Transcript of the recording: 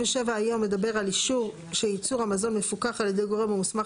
סעיף 97 היום מדבר על אישור שייצור המזון מפוקח על ידי גורם המוסמך